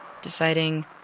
Deciding